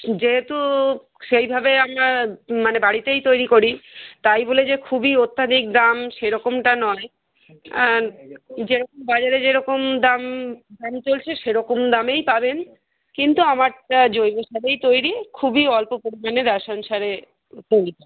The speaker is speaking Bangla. যেহেতু সেইভাবে আমরা বাড়িতেই তৈরি করি তাই বলে যে খুবই অত্যাধিক দাম সে রকমটা নয় যে রকম বাজারে যে রকম দাম চলছে সে রকম দামেই পাবেন কিন্তু আমরাটা জৈব সারেই তৈরি খুবই অল্প পরিমাণে রাসায়ন সারে তৈরি করা